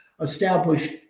established